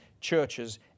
churches